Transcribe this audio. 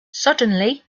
suddenly